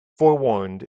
forewarned